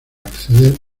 acceder